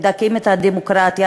מדכאים את הדמוקרטיה,